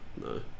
No